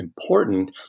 important